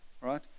right